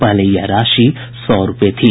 पहले यह राशि सौ रूपये थी